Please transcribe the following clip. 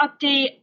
update